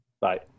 bye